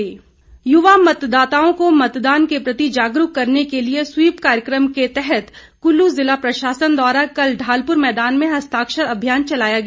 SVEEP कार्यक्रम युवा मतदाताओं को मतदान के प्रति जागरूक करने के लिए स्वीप कार्यक्रम के तहत कुल्लू ज़िला प्रशासन द्वारा कल ढालपुर मैदान में हस्ताक्षर अभियान चलाया गया